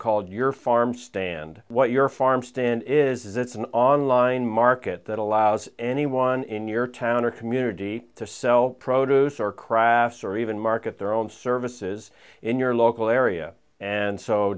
called your farm stand what your farm stand is it's an online market that allows anyone in your town or community to sell produce or crafts or even market their own services in your local area and so